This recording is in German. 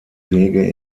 wege